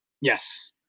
Yes